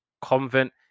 Convent